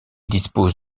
dispose